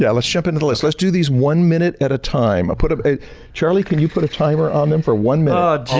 yeah let's jump into the list. let's do these one minute at a time. i put ah a charlie, can you put a timer on them for one minute?